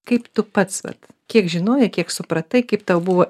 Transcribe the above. kaip tu pats vat kiek žinojai kiek supratai kaip tau buvo